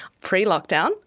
Pre-lockdown